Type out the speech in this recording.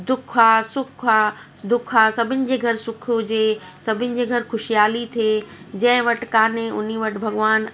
दुख आहे सुख आहे दुख आहे सभिनि जे घरु सुख हुजे सभिन जे घरु ख़ुशीआली थे जंहिं वटि कोन्हे उन वटि भॻिवान